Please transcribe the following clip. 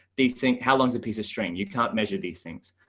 these things how long's a piece of string you can't measure these things.